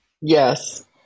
Yes